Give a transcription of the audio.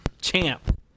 champ